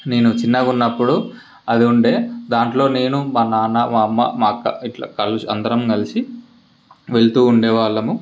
నేను చిన్నగా ఉన్నప్పుడు అది ఉండే దాంట్లో నేను మా నాన్న మా అమ్మ మా అక్క ఇట్లా అందరం కలిసి వెళ్తూ ఉండే వాళ్ళము